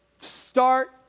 start